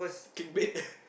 clickbait